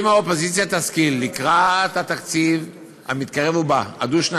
אם האופוזיציה תשכיל לקראת התקציב הדו-שנתי,